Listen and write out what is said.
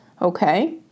Okay